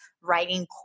writing